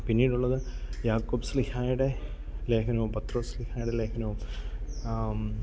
പിന്നീടുള്ളത് യാക്കോബ് ശ്ലീഹായുടെ ലേഘനവും പത്രോശ്ലീഹായുടെ ലേഘനവും